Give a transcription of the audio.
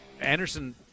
Anderson